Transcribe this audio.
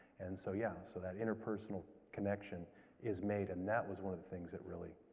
and so yeah, so that interpersonal connection is made, and that was one of the things that really,